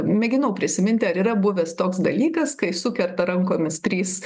mėginau prisiminti ar yra buvęs toks dalykas kai sukerta rankomis trys